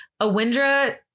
Awindra